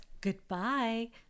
goodbye